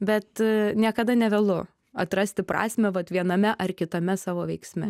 bet niekada nevėlu atrasti prasmę mat viename ar kitame savo veiksme